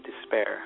despair